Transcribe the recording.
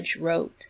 wrote